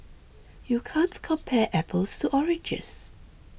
you can't compare apples to oranges